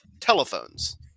telephones